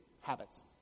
habits